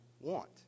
want